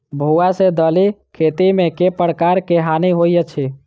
भुआ सँ दालि खेती मे केँ प्रकार केँ हानि होइ अछि?